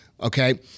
Okay